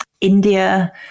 India